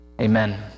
Amen